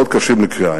מאוד קשים לקריאה.